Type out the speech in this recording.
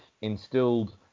instilled